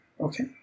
okay